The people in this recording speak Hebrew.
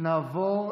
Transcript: שהוא מידבק